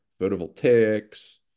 photovoltaics